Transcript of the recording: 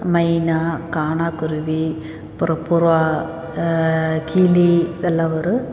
மைனா கானாக்குருவி அப்புறம் புறா கிளி இதெல்லாம் வரும்